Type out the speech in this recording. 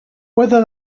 whether